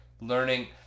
learning